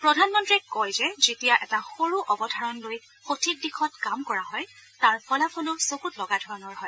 প্ৰধানমন্ত্ৰীয়ে কয় যে যেতিয়া এটা সৰু অৱধাৰণ লৈ সঠিক দিশত কাম কৰা হয় তাৰ ফলাফলো চকুত লগা ধৰণৰ হয়